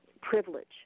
privilege